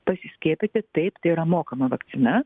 pasiskiepyti taip tai yra mokama vakcina